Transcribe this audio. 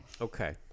okay